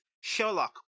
Sherlock